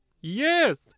Yes